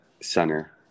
center